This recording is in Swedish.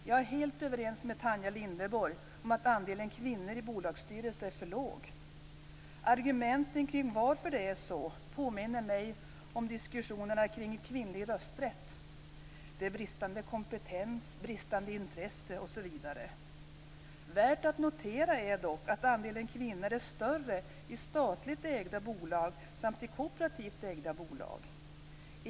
Jag är helt överens med Tanja Linderborg om att andelen kvinnor i bolagsstyrelsen är för låg. Argumenten kring varför det är så påminner mig om diskussionerna kring kvinnlig rösträtt: bristande kompetens, bristande intresse osv. Värt att notera är dock att andelen kvinnor är större i statligt ägda bolag samt i kooperativt ägda bolag.